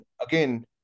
again